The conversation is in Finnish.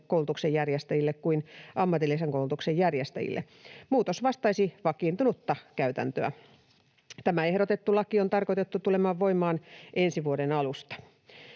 koulutuksenjärjestäjille kuin ammatillisen koulutuksen järjestäjille. Muutos vastaisi vakiintunutta käytäntöä. Tämä ehdotettu laki on tarkoitettu tulemaan voimaan ensi vuoden alusta.